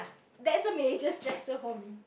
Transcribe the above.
that's a major stressor for me